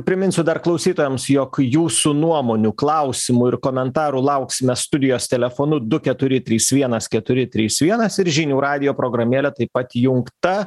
priminsiu dar klausytojams jog jūsų nuomonių klausimų ir komentarų lauksime studijos telefonu du keturi trys vienas keturi trys vienas ir žinių radijo programėlė taip pat įjungta